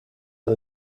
are